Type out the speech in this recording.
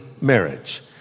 marriage